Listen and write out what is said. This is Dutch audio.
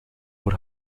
voor